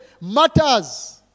matters